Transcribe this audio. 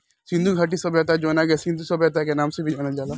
सिंधु घाटी सभ्यता जवना के सिंधु सभ्यता के नाम से भी जानल जाला